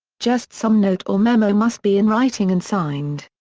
just some note or memo must be in writing and signed.